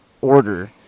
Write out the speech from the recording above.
order